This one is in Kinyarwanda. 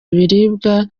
ibiribwa